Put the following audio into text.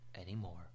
anymore